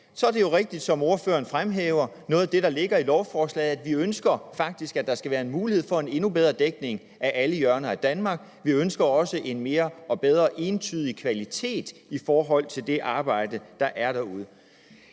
Så er det jo rigtigt, som ordføreren fremhæver, at noget af det, der ligger i lovforslaget, er, at vi faktisk ønsker, at der skal være mulighed for en endnu bedre dækning af alle hjørner af Danmark. Vi ønsker også en bedre og mere entydig kvalitet i det arbejde, der er derude.